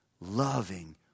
loving